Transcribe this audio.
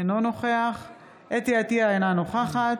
אינו נוכח חוה אתי עטייה, אינה נוכחת